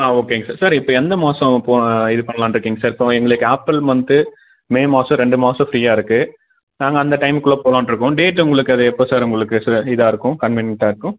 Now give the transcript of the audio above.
ஆ ஓகேங்க sir sir இப்போ எந்த மாதம் போ இது பண்ணலான்ருக்கீங்க சார் இப்போது எங்களுக்கு ஏப்ரல் மந்த்து மே மாதம் ரெண்டு மாதம் ஃப்ரீயாக இருக்குது நாங்கள் அந்த டைம்குள்ளே போகலான்ருக்கோம் டேட் உங்களுக்கு அது எப்போ சார் உங்களுக்கு ச இதாக இருக்கும் கன்வீனியண்ட்டாக இருக்கும்